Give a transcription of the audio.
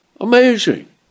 Amazing